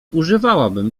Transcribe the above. używałabym